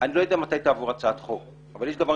אני לא יודע מתי תעבור הצעת חוק אבל יש דבר